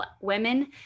women